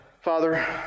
Father